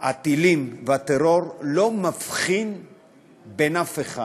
הטילים והטרור לא מבחינים בין אף אחד.